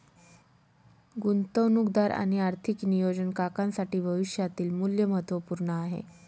गुंतवणूकदार आणि आर्थिक नियोजन काकांसाठी भविष्यातील मूल्य महत्त्वपूर्ण आहे